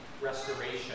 restoration